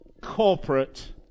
corporate